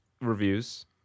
Reviews